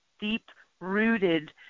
deep-rooted